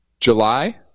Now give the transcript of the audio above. July